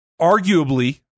arguably